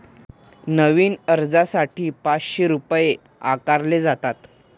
नवीन अर्जासाठी पाचशे रुपये आकारले जातात